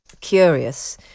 curious